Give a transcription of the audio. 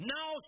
Now